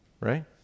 Right